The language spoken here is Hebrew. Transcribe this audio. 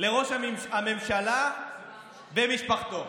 לראש הממשלה ומשפחתו.